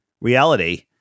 reality